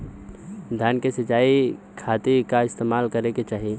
धान के सिंचाई खाती का इस्तेमाल करे के चाही?